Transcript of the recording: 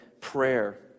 prayer